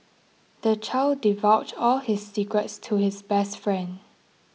the child divulged all his secrets to his best friend